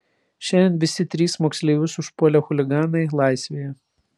šiandien visi trys moksleivius užpuolę chuliganai laisvėje